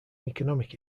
economic